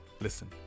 Listen